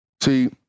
See